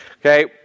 Okay